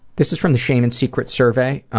this is from the shame and secrets survey,